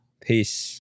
peace